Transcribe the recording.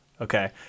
Okay